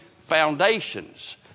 foundations